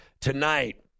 Tonight